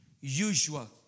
usual